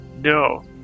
No